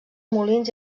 molins